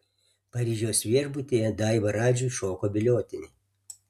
paryžiaus viešbutyje daiva radžiui šoko viliotinį